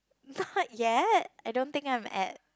not yet I don't think I'm at